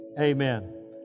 Amen